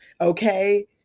okay